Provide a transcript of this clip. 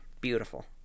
Beautiful